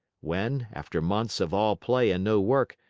when, after months of all play and no work,